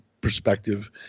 perspective